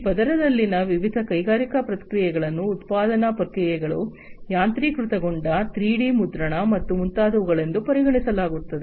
ಈ ಪದರದಲ್ಲಿನ ವಿವಿಧ ಕೈಗಾರಿಕಾ ಪ್ರಕ್ರಿಯೆಗಳನ್ನು ಉತ್ಪಾದನಾ ಪ್ರಕ್ರಿಯೆಗಳು ಯಾಂತ್ರೀಕೃತಗೊಂಡ 3 ಡಿ ಮುದ್ರಣ ಮತ್ತು ಮುಂತಾದವುಗಳೆಂದು ಪರಿಗಣಿಸಲಾಗುತ್ತದೆ